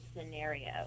scenario